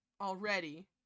Already